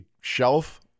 shelf